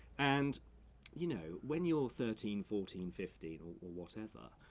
and you know, when you're thirteen, fourteen, fifteen or or whatever,